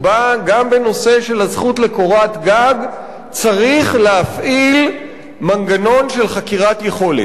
גם בנושא של הזכות לקורת-הגג צריך להפעיל מנגנון של חקירת יכולת,